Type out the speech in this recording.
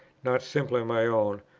not simply my own,